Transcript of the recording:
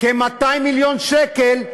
כ-200 מיליון שקל,